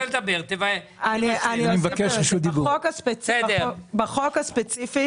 בחוק הספציפי